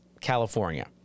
California